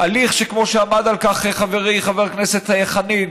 הליך שכמו שעמד על כך חברי חבר הכנסת חנין,